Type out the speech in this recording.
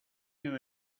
you